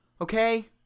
Okay